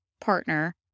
partner